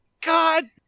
God